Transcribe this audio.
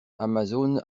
amazon